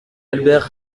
albert